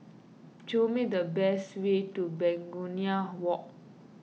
show me the best way to Begonia Walk